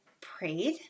prayed